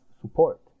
support